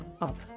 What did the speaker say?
up